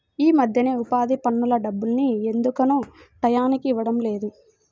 యీ మద్దెన ఉపాధి పనుల డబ్బుల్ని ఎందుకనో టైయ్యానికి ఇవ్వడం లేదు